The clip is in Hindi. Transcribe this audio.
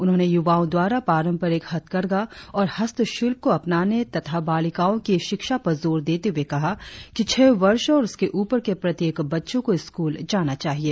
उन्होंने युवाओ द्वारा पारम्परिक हथकरधा और हस्तशिल्प को अपनाने तथा बालिकाओं की शिक्षा पर जोर देते हुए कहा कि छह वर्ष और उसके ऊपर के प्रत्येक बच्चे को स्कूल जाना चाहिए